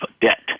debt